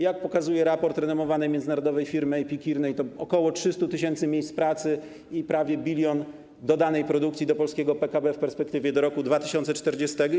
Jak pokazuje raport renomowanej międzynarodowej firmy Kearney, to ok. 300 tys. miejsc pracy i prawie 1 bln dodanej produkcji do polskiego PKB w perspektywie do roku 2040.